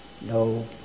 No